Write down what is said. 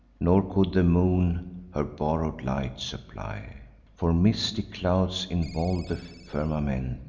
nor could the moon her borrow'd light supply for misty clouds involv'd the firmament,